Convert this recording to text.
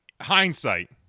hindsight